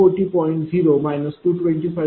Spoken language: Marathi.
0 225